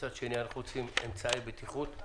מצד שני, אנחנו צריכים אמצעי בטיחות.